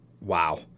wow